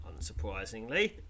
unsurprisingly